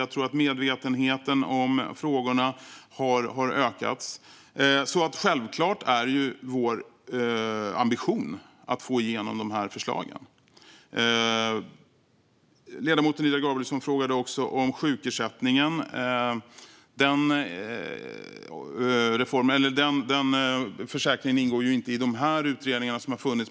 Jag tror att medvetenheten om frågorna har ökat. Självklart är vår ambition att få igenom förslagen. Ledamoten Ida Gabrielsson frågade också om sjukersättningen. Frågan om sjukförsäkringen ingår ju inte i de utredningar som har funnits.